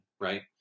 right